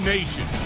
Nation